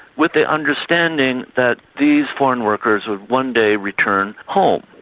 with the understanding that these foreign workers would one day return home.